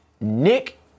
Nick